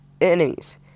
enemies